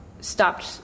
stopped